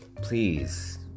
Please